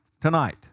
tonight